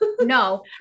No